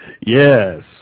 Yes